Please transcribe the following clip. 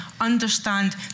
understand